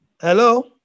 Hello